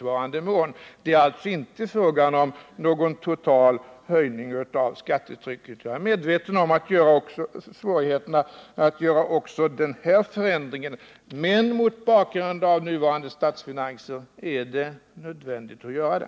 Ja, men det är alltså inte fråga om någon total höjning av skattetrycket. Jag är medveten om svårigheterna att göra den här förändringen. Men mot bakgrund av nuvarande statsfinanser är det nödvändigt att göra den.